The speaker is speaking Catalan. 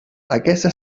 aquesta